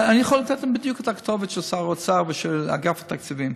אני יכול לתת להם בדיוק את הכתובת של שר האוצר ושל אגף התקציבים.